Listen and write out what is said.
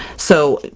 so,